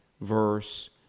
verse